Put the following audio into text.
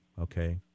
okay